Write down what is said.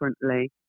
differently